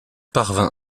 parvint